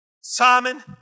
Simon